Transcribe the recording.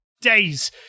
days